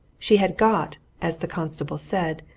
she had got, as the constable said,